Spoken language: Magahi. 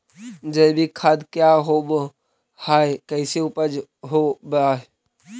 जैविक खाद क्या होब हाय कैसे उपज हो ब्हाय?